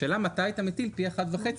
השאלה מתי אתה מטיל פי אחד וחצי.